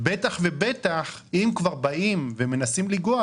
בטח ובטח אם כבר באים ומנסים לנגוע,